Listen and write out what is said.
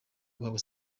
guhabwa